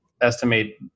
estimate